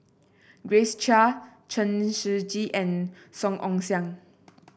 Grace Chia Chen Shiji and Song Ong Siang